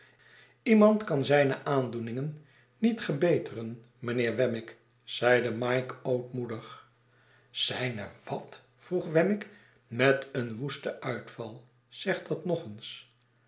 iemand kan zijne aandoeningen niet gebeteren mijnheer wemmick zeide mike ootmoedig zijne wat vroeg wemmick met een woesten uitval zeg dat nog eens